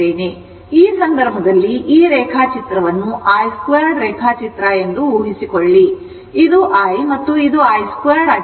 ಆದ್ದರಿಂದ ಈ ಸಂದರ್ಭದಲ್ಲಿ ಈ ರೇಖಾಚಿತ್ರವನ್ನು i 2 ರೇಖಾಚಿತ್ರ ಎಂದು ಊಹಿಸಿಕೊಳ್ಳಿ ಇದು i ಮತ್ತು ಇದು i 2 ಆಗಿದ್ದರೆ